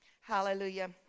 Hallelujah